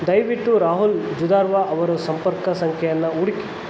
ದಯವಿಟ್ಟು ರಾಹುಲ್ ಜುದಾರ್ವಾ ಅವರ ಸಂಪರ್ಕ ಸಂಖ್ಯೆಯನ್ನು ಹುಡುಕಿ